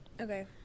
Okay